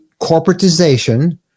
corporatization